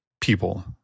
people